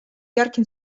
ярким